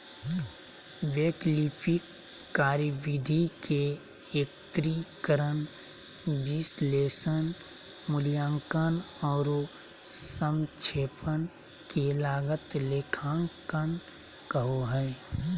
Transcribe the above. वैकल्पिक कार्यविधि के एकत्रीकरण, विश्लेषण, मूल्यांकन औरो संक्षेपण के लागत लेखांकन कहो हइ